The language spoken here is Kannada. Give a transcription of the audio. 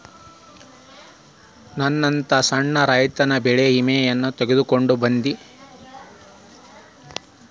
ನನ್ನಂತಾ ಸಣ್ಣ ರೈತ ಬೆಳಿ ವಿಮೆ ತೊಗೊಬೋದ?